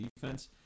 defense